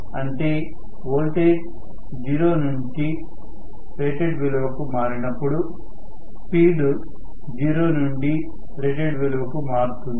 అంటే వోల్టేజ్ 0 నుండి రేటెడ్ విలువకు మారినప్పుడు స్పీడ్ 0 నుండి రేటెడ్ విలువకు మారుతుంది